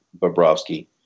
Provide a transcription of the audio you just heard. Bobrovsky